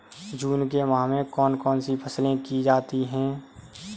जून के माह में कौन कौन सी फसलें की जाती हैं?